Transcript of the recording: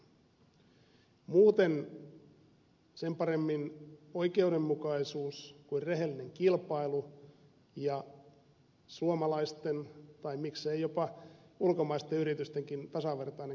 muuten sen paremmin oikeudenmukaisuus kuin rehellinen kilpailu ja suomalaisten tai miksei jopa ulkomaistenkin yritysten tasavertainen kohtelu ei toteudu